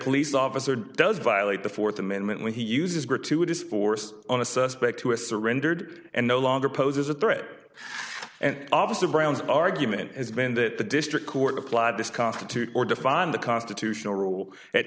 police officer does violate the fourth amendment when he uses gratuitous force on a suspect who is surrendered and no longer poses a threat and obviously brown's argument has been that the district court applied this constitute or defined the constitutional rule at